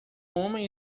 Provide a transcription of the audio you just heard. homem